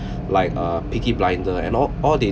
like uh peaky blinder and all all they